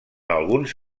alguns